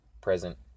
present